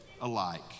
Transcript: alike